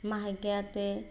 মাহেকীয়াতে